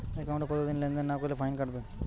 একাউন্টে কতদিন লেনদেন না করলে ফাইন কাটবে?